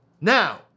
Now